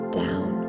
down